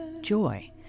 joy